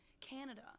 Canada